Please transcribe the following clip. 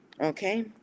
Okay